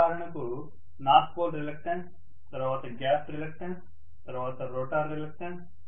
ఉదాహరణకు north pole reluctance తరువాత gap reluctance తరువాత రోటర్ రిలక్టన్స్